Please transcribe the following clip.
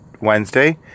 Wednesday